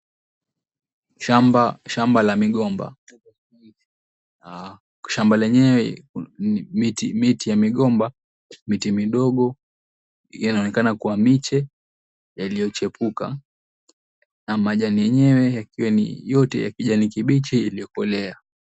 Shamba la migomba shamba lewenye miti ya migombo miti midogo inaonekana kuwa miche yaliyo chipuka na majani yenyewe yakiwa ni yote kijani kibichi yalikolea